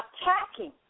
attacking